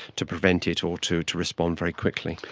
to prevent it or to to respond very quickly.